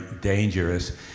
dangerous